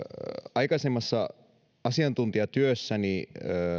aikaisemmassa asiantuntijatyössäni